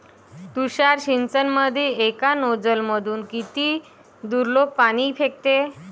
तुषार सिंचनमंदी एका नोजल मधून किती दुरलोक पाणी फेकते?